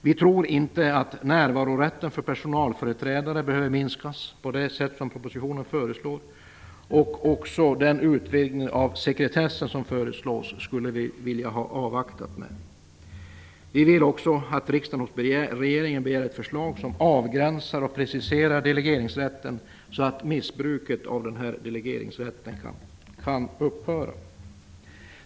Vi tror inte att närvarorätten för personalföreträdare behöver minskas på det sätt som föreslås i propositionen. Också den utvidgningen av sekretessen som förslås skulle vi vilja avvakta med. Vi vill också att riksdagen hos regeringen begär ett förslag som avgränsar och preciserar delegeringsrätten, så att missbruket av denna delegeringsrätt kan upphöra.